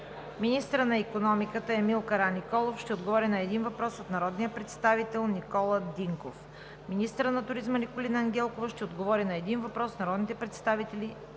Министърът на икономиката Емил Караниколов ще отговори на един въпрос от народния представител Никола Динков. 7. Министърът на туризма Николина Ангелкова ще отговори на един въпрос от народния представител Борис Ячев.